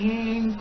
King